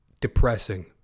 depressing